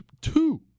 two